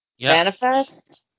Manifest